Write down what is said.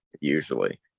usually